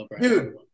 Dude